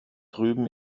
drüben